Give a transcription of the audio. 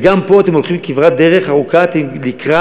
וגם פה אתם הולכים כברת דרך ארוכה לקראת